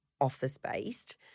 office-based